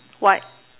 white